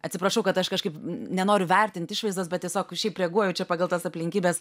atsiprašau kad aš kažkaip nenoriu vertint išvaizdos bet tiesiog šiaip reaguoju čia pagal tas aplinkybes